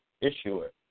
issuer